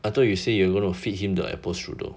I thought you say you gonna feed him the apple strudel